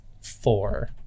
four